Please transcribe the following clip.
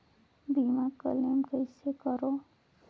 बीमा क्लेम कइसे करों?